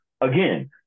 again